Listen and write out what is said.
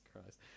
Christ